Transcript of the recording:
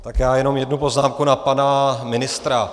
Tak já jenom jednu poznámku na pana ministra.